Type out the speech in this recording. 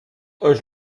euch